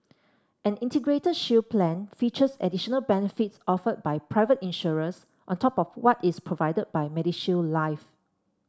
an Integrated Shield Plan features additional benefits offered by private insurers on top of what is provided by MediShield Life